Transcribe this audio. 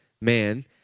man